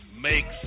makes